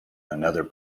another